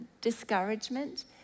discouragement